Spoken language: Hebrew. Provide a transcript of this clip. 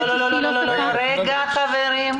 לא, לא, רגע, חברים.